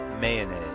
mayonnaise